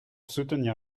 soutenir